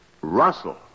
Russell